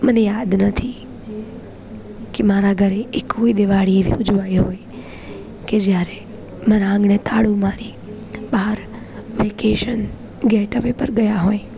મને યાદ નથી કે મારા ઘરે એ કોઈ દિવાળી ઉજવાઈ હોય કે જ્યારે મારા આંગણે તાળું મારી બહાર વેકેશન ગેટવે પર ગયા હોય